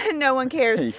and no one cares.